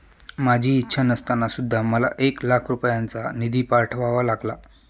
माझी इच्छा नसताना सुद्धा मला एक लाख रुपयांचा निधी पाठवावा लागला